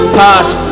past